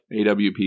AWP